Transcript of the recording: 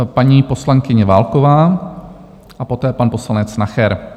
Paní poslankyně Válková a poté pan poslanec Nacher.